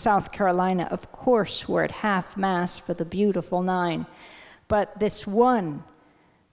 south carolina of course were at half mast for the beautiful nine but this one